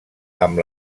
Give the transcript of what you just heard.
amb